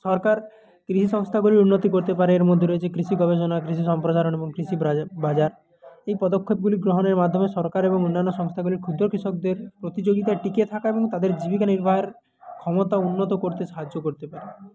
সরকার কৃষি সংস্থাগুলির উন্নতি করতে পারে এর মধ্যে রয়েছে কৃষি গবেষণা কৃষি সম্প্রসারণ এবং কৃষি ব্রা বাজার এই পদক্ষেপগুলি গ্রহণের মাধ্যমে সরকার এবং অন্যান্য সংস্থাগুলির ক্ষুদ্র কৃষকদের প্রতিযোগিতায় টিকে থাকা এবং তাদের জীবিকা নির্বাহের ক্ষমতা উন্নত করতে সাহায্য করতে পারে